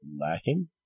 lacking